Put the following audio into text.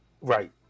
Right